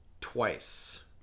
twice